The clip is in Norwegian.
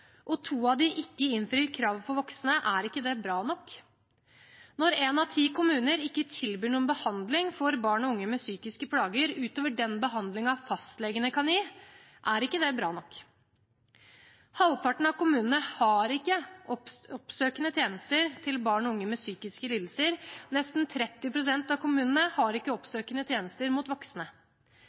og to av dem ikke innfrir kravet for voksne, er ikke det bra nok. Når én av ti kommuner ikke tilbyr noen behandling for barn og unge med psykiske plager utover den behandlingen fastlegene kan gi, er ikke det bra nok. Halvparten av kommunene har ikke oppsøkende tjenester til barn og unge med psykiske lidelser. Nesten 30 pst. av kommunene har ikke oppsøkende tjenester til voksne.